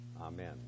Amen